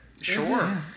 Sure